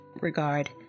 regard